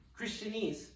Christianese